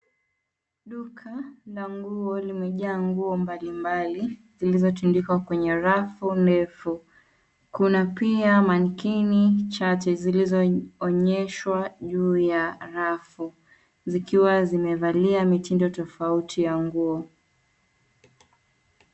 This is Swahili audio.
Duka la nguo limejaa nguo nbalimbali zilizotundikwa kwenye rafu ndefu. Kuna pia manequinn chache zilizoonyeshwa juu ya rafu zikiwa zimevalia mitindo tofauti ya nguo.